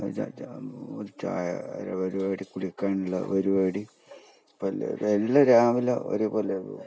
ചായയുടെ പരിപാടി കുളിക്കാനുള്ള പരിപാടി പല്ല് എല്ലാം രാവിലെ ഒരേ പോലെ